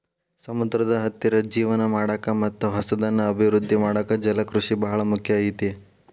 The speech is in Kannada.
ಸಮುದ್ರದ ಹತ್ತಿರ ಜೇವನ ಮಾಡಾಕ ಮತ್ತ್ ಹೊಸದನ್ನ ಅಭಿವೃದ್ದಿ ಮಾಡಾಕ ಜಲಕೃಷಿ ಬಾಳ ಮುಖ್ಯ ಐತಿ